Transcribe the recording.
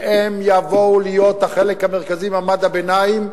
שהם יהיו החלק המרכזי במעמד הביניים,